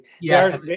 Yes